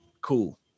cool